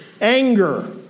anger